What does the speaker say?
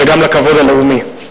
וגם לכבוד הלאומי.